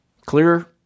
Clear